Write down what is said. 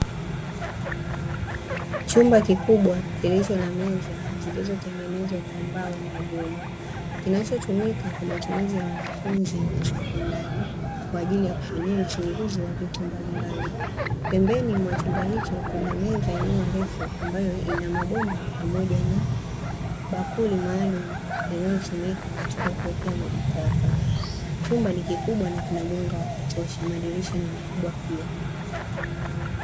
Chumba kikubwa kilicho na meza zilizotengenezwa kwa mbao na vyuma, kinachotumika kwa matumizi ya wanafunzi wa sekondari kwa ajili ya kufanyia uchunguzi wa vitu mbalimbali. Pembeni mwa chumba hicho kuna meza iliyo ndefu ambayo ina mabomba pamoja na bakuli maalumu linalotumika katika kuwekea majitaka. Chumba ni kikubwa na kina mwanga wa kutosha madirisha ni makubwa pia.